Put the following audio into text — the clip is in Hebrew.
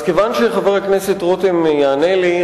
אז כיוון שחבר הכנסת רותם יענה לי,